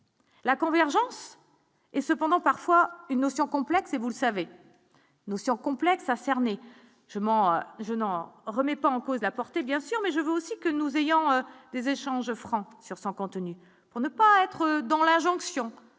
la convergence est cependant parfois une notion complexe et vous le savez, notion complexe à cerner je mens je n'en remets pas en cause la portée bien sûr, mais je veux aussi que nous ayons des échanges francs sur son contenu, pour ne pas être dans la jonction